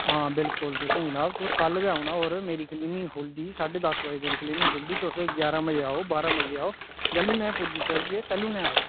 हां बिल्कुल तुसें जनाब तुसें कल गै औना होर मेरी क्लिनिक खुलदी साड्ढे दस बजे मेरी क्लिनिक खुलदी तुस ग्यारह् बजे आओ बारह् बजे आओ जेल्लु नै पुज्जी सकगे तैल्लू नै आयो